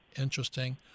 interesting